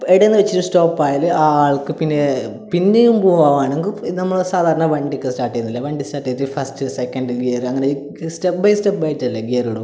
ഇടയിൽനിന്നു വെച്ചിട്ട് സ്റ്റോപ്പ് ആയാൽ ആ ആൾക്ക് പിന്നെ പിന്നെയും പോവാണങ്കിൽ നമ്മൾ സാധാരണ വണ്ടിയൊക്കെ സ്റ്റാർട്ട് ചെയ്യില്ലേ വണ്ടി സ്റ്റാർട്ട് ചെയ്തിട്ട് ഫസ്റ്റ് സെക്കൻഡ് ഗിയർ അങ്ങനെ സ്റ്റെപ്പ് ബൈ സ്റ്റെപ്പ് ആയിറ്റല്ലേ ഗിയർ ഇടൂ